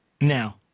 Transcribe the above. Now